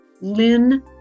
Lynn